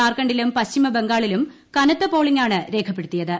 ജാർഖണ്ഡിലും പശ്ചിമ ബംഗാളിലും കനത്ത പോളിങ്ങാണ് രേഖപ്പെടുത്തിയത്